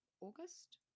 August